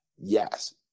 Yes